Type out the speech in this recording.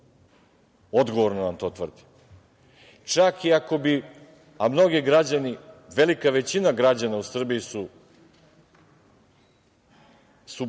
Odgovorno vam to tvrdim. Čak i ako bi, a mnogi građani, velika većina građana u Srbiji su patriote,